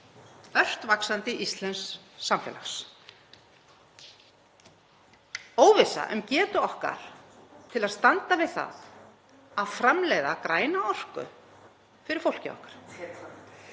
ört vaxandi íslensks samfélags, óvissa um getu til að standa við það að framleiða græna orku fyrir fólkið okkar.